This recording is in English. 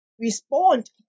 respond